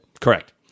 Correct